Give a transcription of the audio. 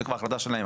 זו כבר החלטה שלהן.